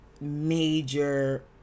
major